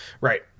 Right